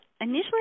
initially